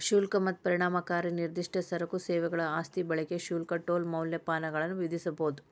ಶುಲ್ಕ ಮತ್ತ ಪರಿಣಾಮಕಾರಿ ನಿರ್ದಿಷ್ಟ ಸರಕು ಸೇವೆಗಳ ಆಸ್ತಿ ಬಳಕೆ ಶುಲ್ಕ ಟೋಲ್ ಮೌಲ್ಯಮಾಪನಗಳನ್ನ ವಿಧಿಸಬೊದ